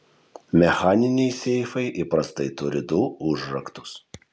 mechaniniai seifai įprastai turi du užraktus